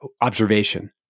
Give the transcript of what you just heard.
observation